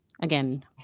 again